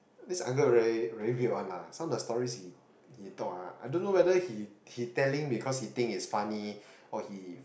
this uncle Ray very weird one lah some of the stories he he talk ah I don't know whether he he telling because he think is funny or he